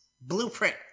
Blueprint